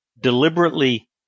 deliberately